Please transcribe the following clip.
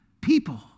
people